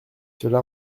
cela